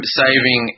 saving